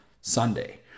Sunday